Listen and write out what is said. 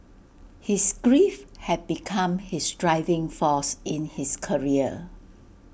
his grief had become his driving force in his career